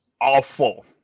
awful